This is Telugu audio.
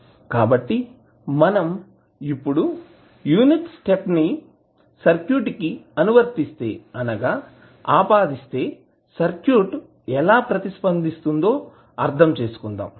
కాబట్టి మనం ఇప్పుడు యూనిట్ స్టెప్ ని సర్క్యూట్ కి అనువర్తిస్తే అనగా ఆపాదిస్తే సర్క్యూట్ ఎలా ప్రతి స్పందిస్తుందో అర్థం చేసుకుందాం